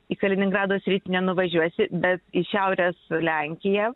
į kaliningrado srit nenuvažiuosi bet į šiaurės lenkiją